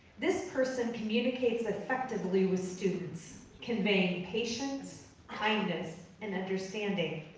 this person communicates effectively with students, conveying patience, kindness and understanding.